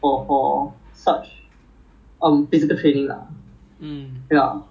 okay lah 警察 mm 比较 local lah 你去 overseas 我觉得也没有用 as in like